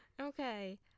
Okay